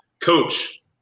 coach